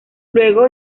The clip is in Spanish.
luego